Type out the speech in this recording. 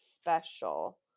special